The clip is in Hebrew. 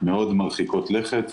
מאוד מרחיקות לכת,